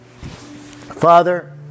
Father